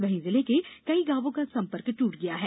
वहीं जिले के कई गांवों का संपर्क ट्ट गया है